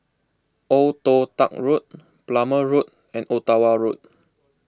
Old Toh Tuck Road Plumer Road and Ottawa Road